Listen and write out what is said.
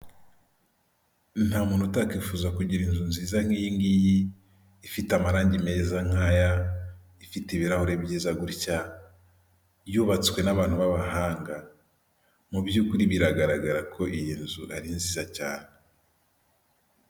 Igiceri cy'u Rwanda cyanditseho banke nasiyonari di Rwanda, bigaragara ko cyakozwe mu mwaka w' igihumbi kimwe magana cyenda mirongo irindwi na karindwi, kandi iki giceri gishushanyijeho igitoki bigaragara ko mu Rwanda haba insina nyinshi.